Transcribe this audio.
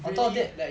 really